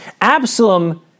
Absalom